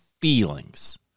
feelings